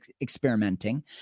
experimenting